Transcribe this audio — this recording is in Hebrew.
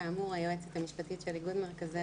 כאמור היועצת המשפטית של איגוד מרכזי